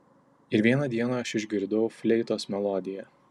ir vieną dieną aš išgirdau fleitos melodiją